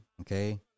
Okay